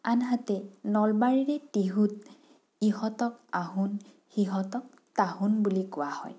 আনহাতে নলবাৰী তিহুত ইহঁতক আহোন সিহঁতক তাহোন বুলি কোৱা হয়